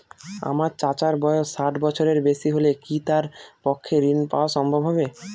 আমার চাচার বয়স ষাট বছরের বেশি হলে কি তার পক্ষে ঋণ পাওয়া সম্ভব হবে?